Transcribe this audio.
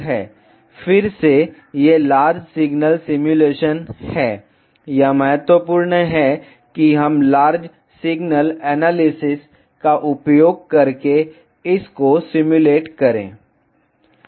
फिर से ये लार्ज सिग्नल सिमुलेशन हैं यह महत्वपूर्ण है कि हम लार्ज सिग्नल एनालिसिस का उपयोग करके इस को सिम्युलेट करें